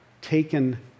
taken